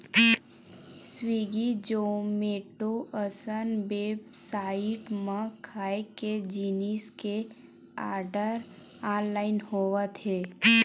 Swiggy, Zomato असन website म खाए के जिनिस के आरडर ऑनलाइन होवत हे